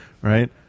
right